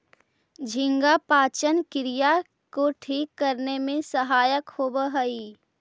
झींगा पाचन क्रिया को ठीक करने में सहायक होवअ हई